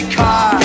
car